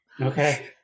Okay